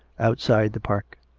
outside the park.